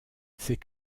ces